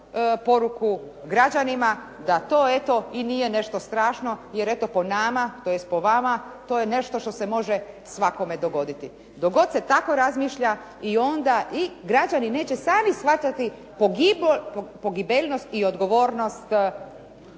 poruku građanima da to, eto i nije nešto strašno jer eto, po nama, tj. po vama to je nešto što se može svakome dogoditi. Dok god se tako razmišlja i onda i građani neće sami shvaćati pogibeljnost i odgovornost